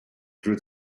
drew